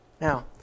Now